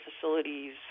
facilities